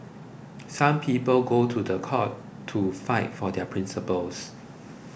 some people go to the court to fight for their principles